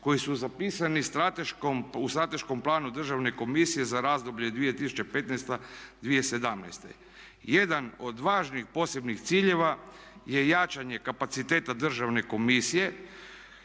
koji su zapisani u strateškom planu Državne komisije za razdoblje 2015.-2017. Jedan od važnih posebnih ciljeva je jačanje kapaciteta Državne komisije